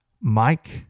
Mike